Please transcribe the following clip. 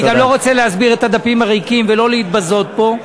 אני גם לא רוצה להסביר את הדפים הריקים ולא להתבזות פה.